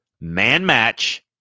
man-match